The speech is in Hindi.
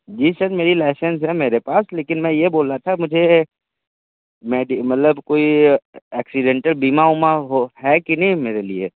जी सर मेरी लाइसेंस है मेरे पास लेकिन मैं ये बोल रहा था मुझे मैडी मतलब कोई एक्सीडेंटल बीमा उमा हो है कि नहीं मेरे लिए